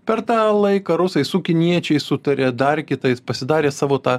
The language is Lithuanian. per tą laiką rusai su kiniečiais sutarė dar kitais pasidarė savo tą